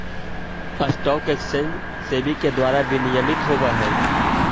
stock exchange SEBI के द्वारा विनियमित होवऽ हइ